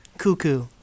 cuckoo